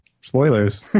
Spoilers